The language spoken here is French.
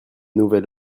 nouvelle